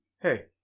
Hey